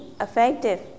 effective